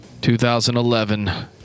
2011